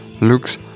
looks